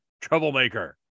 troublemaker